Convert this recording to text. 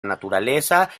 naturaleza